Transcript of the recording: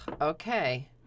Okay